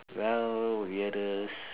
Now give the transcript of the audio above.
well weirdest